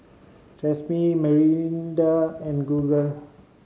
Tresemme Mirinda and Google